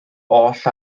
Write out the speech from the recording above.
oll